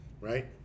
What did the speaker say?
right